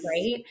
right